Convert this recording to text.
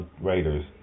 Raiders